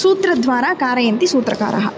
सूत्रद्वारा कारयन्ति सूत्रकारः